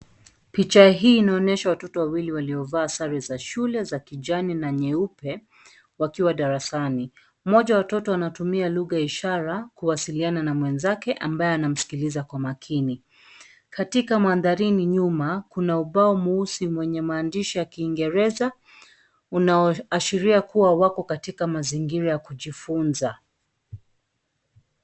Picha hii inaonyesha watoto wawili waliovaa sare za shule za kijani na nyeupe, wakiwa darasani, mmoja wa watoto anatumia lugha ya ishara, kuwasiliana na mwenzake ambaye anamsikiliza kwa makini, katika mandharini nyuma, kuna ubao mweusi mwenye maandishi ya Kiingereza, unaoashiria kuwa wako katika mazingira ya kujifunza.